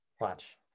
Watch